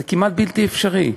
זה כמעט בלתי אפשרי.